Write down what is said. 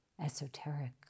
esoteric